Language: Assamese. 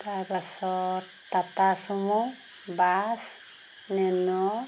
তাৰপাছত টাটা চুমু বাছ নেন'